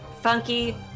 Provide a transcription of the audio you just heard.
funky